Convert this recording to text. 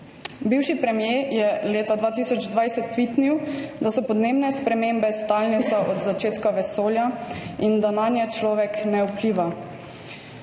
Bivši premier je leta 2020 tvitnil, da so podnebne spremembe stalnica od začetka vesolja in da nanje človek ne vpliva.